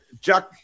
Jack